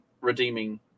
redeeming